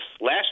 last